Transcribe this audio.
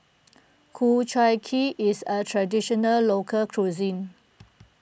Ku Chai Kuih is a Traditional Local Cuisine